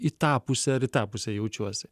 į tą pusę ar į tą pusę jaučiuosi